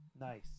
Nice